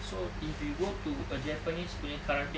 so if you go to a japanese punya karate